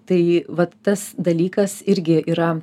tai vat tas dalykas irgi yra